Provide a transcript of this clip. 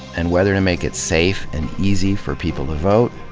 and whether to make it safe and easy for people to vote,